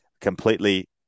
completely